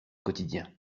quotidien